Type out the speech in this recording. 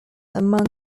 among